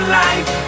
life